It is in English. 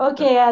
Okay